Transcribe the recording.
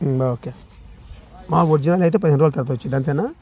okay మామూలు original అయితే పదిహేను రోజుల తరువాత వస్తుంది అంతేనే